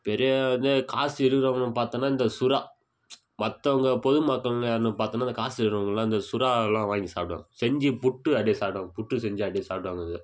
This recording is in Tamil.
பெரிய இது காசு இருக்கிறவங்கன்னு பார்த்தோன்னா இந்த சுறா மற்றவங்க பொதுமக்களுங்க யாருன்னு பார்த்தோன்னா இந்த காசு இருக்கிறவங்கள்லாம் இந்த சுறா எல்லாம் வாங்கி சாப்பிடுவாங்க செஞ்சு புட்டு அப்டேயே சாப்பிடுவாங்க புட்டு செஞ்சு அப்டேயே சாப்பிடுவாங்க அதை